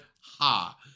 Ha